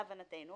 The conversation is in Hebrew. להבנתנו